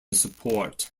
support